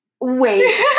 Wait